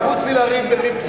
חוץ מלריב,